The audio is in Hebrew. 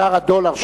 שער הדולר,